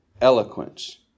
eloquence